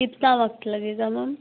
कितना वक़्त लगेगा मैम